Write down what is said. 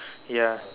ya